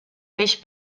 peix